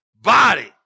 body